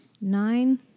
Nine